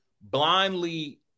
blindly